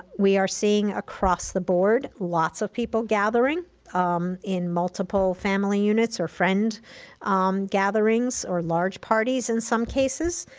we are seeing, across the board, lots of people gathering um in multiple family units or friend gatherings or large parties, parties, in some cases.